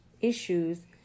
issues